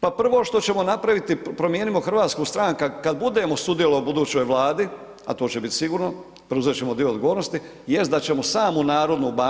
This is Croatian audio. Pa prvo što ćemo napraviti Promijenimo Hrvatsku stranka, kad budemo sudjelovali u budućoj vladi, a to će biti sigurno, preuzet ćemo dio odgovornosti, jest da ćemo samo HNB